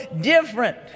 different